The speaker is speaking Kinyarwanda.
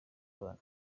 abana